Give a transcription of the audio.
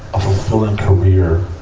a fulfilling career.